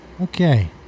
Okay